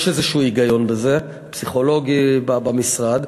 יש איזה היגיון בזה, פסיכולוגי, במשרד.